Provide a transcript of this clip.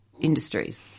industries